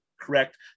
correct